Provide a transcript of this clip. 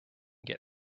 get